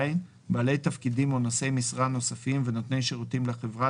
בעלי תפקידים או נושאי משרה נוספים ונותני שירותים לחברה,